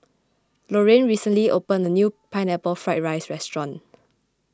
Lorrayne recently opened a new Pineapple Fried Rice restaurant